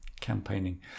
campaigning